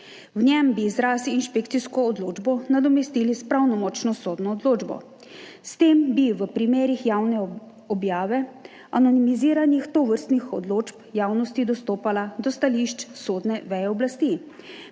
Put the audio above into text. V njem bi izraz inšpekcijsko odločbo nadomestili s pravnomočno sodno odločbo. S tem bi v primerih javne objave anonimiziranih tovrstnih odločb javnost dostopala do stališč sodne veje oblasti,